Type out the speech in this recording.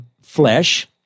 flesh